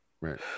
right